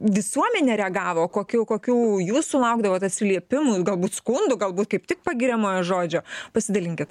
visuomenė reagavo kokių kokių jų sulaukdavot atsiliepimų galbūt skundų galbūt kaip tik pagiriamojo žodžio pasidalinkit